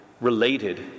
related